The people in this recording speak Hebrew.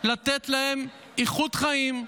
לתת להם איכות חיים,